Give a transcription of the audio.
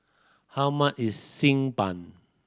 how much is Xi Ban